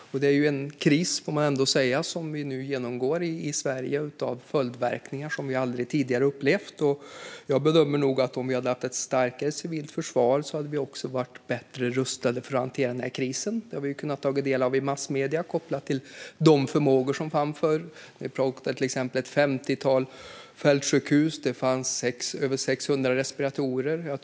Och man får ändå säga att det är en kris som vi nu genomgår i Sverige med följdverkningar som vi tidigare aldrig har upplevt. Jag bedömer att om vi hade haft ett starkare civilt försvar hade vi också varit bättre rustade för att hantera denna kris. Detta har vi kunnat ta del av i massmedierna kopplat till de förmågor som tidigare fanns. Förr hade vi till exempel ett femtiotal fältsjukhus och över 600 respiratorer.